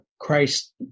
Christ